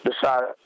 decided